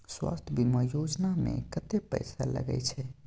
स्वास्थ बीमा योजना में कत्ते पैसा लगय छै?